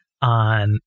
on